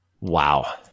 Wow